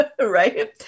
right